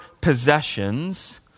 possessions